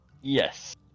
yes